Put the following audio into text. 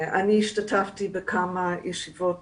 אני השתתפתי בכמה ישיבות